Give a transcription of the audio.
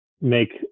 make